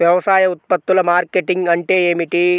వ్యవసాయ ఉత్పత్తుల మార్కెటింగ్ అంటే ఏమిటి?